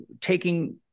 taking